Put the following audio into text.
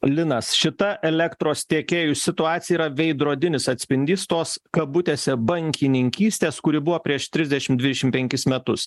linas šita elektros tiekėjų situacija yra veidrodinis atspindys tos kabutėse bankininkystės kuri buvo prieš trisdešimt dvidešim penkis metus